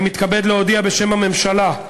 אני מתכבד להודיע בשם הממשלה,